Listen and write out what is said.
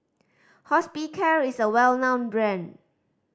Hospicare is a well known brand